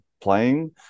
playing